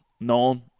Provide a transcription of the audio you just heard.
known